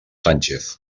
sánchez